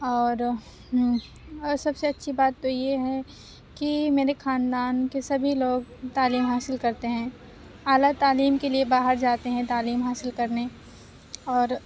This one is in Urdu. اور سب سے اچھی بات تو یہ ہے کہ میرے خاندان کے سبھی لوگ تعلیم حاصل کرتے ہیں اعلیٰ تعلیم کے لیے باہر جاتے ہیں تعلیم حاصل کرنے اور